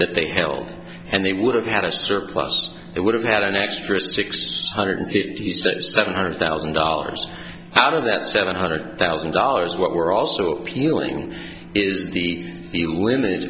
that they held and they would have had a surplus it would have had an extra six hundred fifty seven hundred thousand dollars out of that seven hundred thousand dollars what we're also appealing is the limit